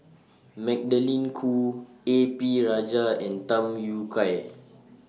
Magdalene Khoo A P Rajah and Tham Yui Kai